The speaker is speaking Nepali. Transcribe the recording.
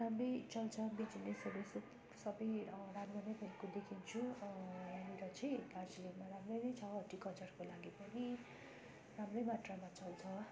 राम्रै चल्छ बिजनेसहरू सबै राम्रो नै भएको देखिन्छ यहाँनिर चाहिँ दार्जिलिङमा राम्रो नै छ हर्टिकल्चरको लागि पनि राम्रै मात्रमा चल्छ